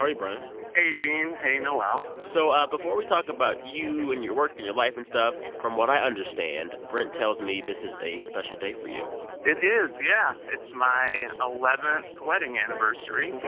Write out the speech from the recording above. are you, brian? hey, gene. hey, noel so before we talk about you and your work and your life and stuff, from what i understand, brent tells me this is a special day for you it is, yeah. it's my eleventh wedding anniversary